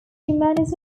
humanism